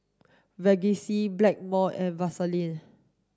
Vagisil Blackmore and Vaselin